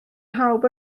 pawb